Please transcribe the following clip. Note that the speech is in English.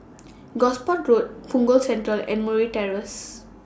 Gosport Road Punggol Central and Murray Terrace